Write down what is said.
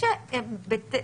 סעיף (ט)